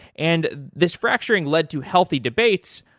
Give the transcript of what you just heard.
and this fracturing led to healthy debates,